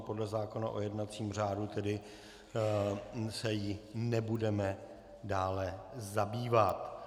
Podle zákona o jednacím řádu tedy se jí nebudeme dále zabývat.